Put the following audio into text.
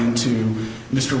into mr